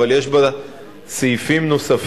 אבל יש בה סעיפים נוספים,